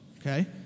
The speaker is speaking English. Okay